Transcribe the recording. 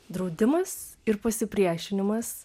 draudimas ir pasipriešinimas